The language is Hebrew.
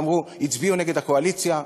הצביעו נגד הקואליציה.